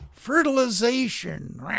fertilization